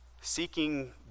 seeking